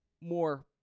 more